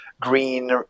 green